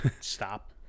Stop